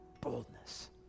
boldness